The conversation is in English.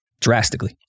Drastically